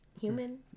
Human